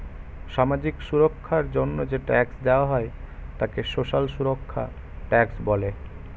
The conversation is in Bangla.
সামাজিক সুরক্ষার জন্য যে ট্যাক্স দেওয়া হয় তাকে সোশ্যাল সুরক্ষা ট্যাক্স বলে